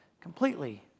Completely